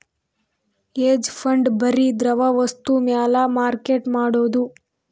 hedge fund ಬರಿ ದ್ರವ ವಸ್ತು ಮ್ಯಾಲ ಮಾರ್ಕೆಟ್ ಮಾಡೋದು